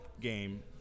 game